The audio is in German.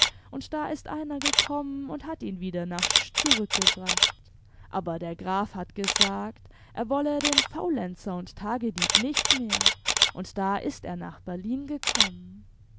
und da ist einer gekommen und hat ihn wieder nach seh zurückgebracht aber der graf hat gesagt er wolle den faulenzer imd tagedieb nicht mehr und da ist er nach berlin gekommen